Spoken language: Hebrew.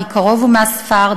מקרוב ומהספר,